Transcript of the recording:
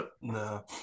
No